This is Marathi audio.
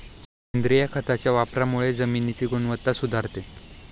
सेंद्रिय खताच्या वापरामुळे जमिनीची गुणवत्ता सुधारते